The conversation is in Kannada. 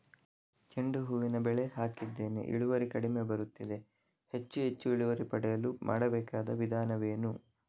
ಚೆಂಡು ಹೂವಿನ ಬೆಳೆ ಹಾಕಿದ್ದೇನೆ, ಇಳುವರಿ ಕಡಿಮೆ ಬರುತ್ತಿದೆ, ಹೆಚ್ಚು ಹೆಚ್ಚು ಇಳುವರಿ ಪಡೆಯಲು ಮಾಡಬೇಕಾದ ವಿಧಾನವೇನು?